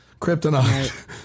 kryptonite